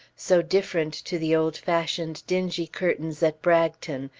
so different to the old-fashioned dingy curtains at bragton,